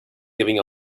giving